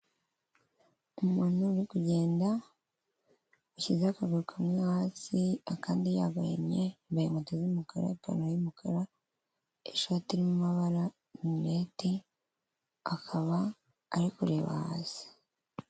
Umuntu uri kugenda ushyize akaguru kamwe hasi, akandi yagahinnye, yambaye inkweto z'umukara, ipantaro y'umukara, ishati irimo amabara rinete, akaba ari kureba hasi.